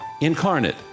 incarnate